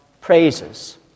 praises